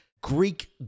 Greek